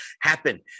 happen